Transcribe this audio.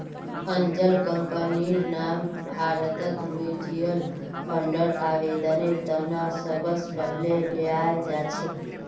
angel कम्पनीर नाम भारतत म्युच्युअल फंडर आवेदनेर त न सबस पहले ल्याल जा छेक